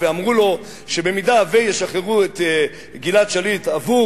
ואמרו לו שבמידה שישחררו את גלעד שליט עבור